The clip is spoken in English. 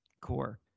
core